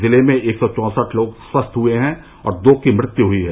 जिले में एक सौ चौंसठ लोग स्वस्थ हुए हैं और दो की मृत्यू हुयी है